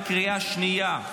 התקבל בקריאה שנייה.